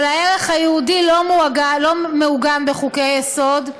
אבל הערך היהודי לא מעוגן בחוקי-יסוד.